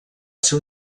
ser